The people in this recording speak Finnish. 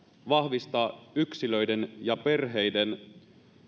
vahvistaa yksilöiden ja perheiden